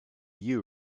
you